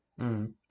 -hmm